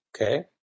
okay